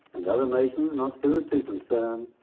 and other nations not hitherto concerned,